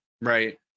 right